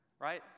Right